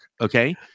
okay